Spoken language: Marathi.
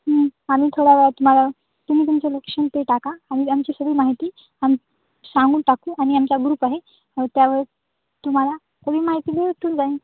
आम्ही थोडा वेळात तुम्हाला तुम्ही तुमचं लोकेशन ते टाका आम्ही आमची सगळी माहिती आम्ही सांगून टाकू आणि आमचा ग्रुप आहे त्यावर तुम्हाला सगळी माहिती मिळून जाईन